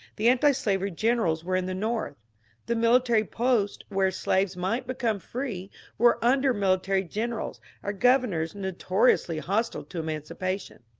the antislavery generals were in the north the military posts where slaves might become free were under military generals or governors notoriously hostile to emancipation.